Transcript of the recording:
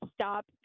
stop